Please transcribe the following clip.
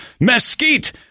mesquite